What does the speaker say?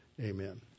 Amen